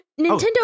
Nintendo